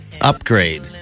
upgrade